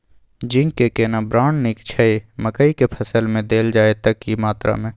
Zinc के केना brand नीक छैय मकई के फसल में देल जाए त की मात्रा में?